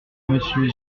monsieur